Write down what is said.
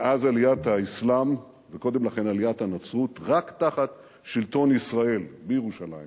מאז עליית האסלאם וקודם לכן עליית הנצרות רק תחת שלטון ישראל בירושלים